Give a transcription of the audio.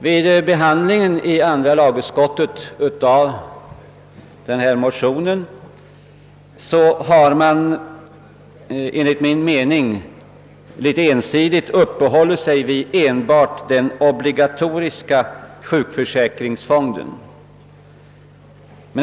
Vid behandlingen av motionsparet i andra lagutskottet har man enligt min mening något ensidigt uppehållit sig vid enbart den obligatoriska sjukförsäkringsfonden.